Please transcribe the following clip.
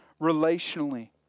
relationally